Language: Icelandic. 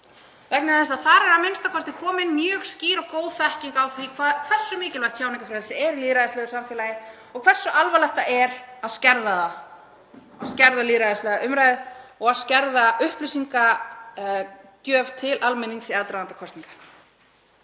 vegna þess að þar er a.m.k. komin mjög skýr og góð þekking á því hversu mikilvægt tjáningarfrelsið er í lýðræðislegu samfélagi og hversu alvarlegt það er að skerða lýðræðislega umræðu og skerða upplýsingagjöf til almennings í aðdraganda kosninga.